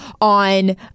on